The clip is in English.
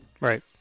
Right